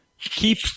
Keep